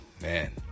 Man